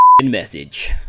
message